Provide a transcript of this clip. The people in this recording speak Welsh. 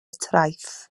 traeth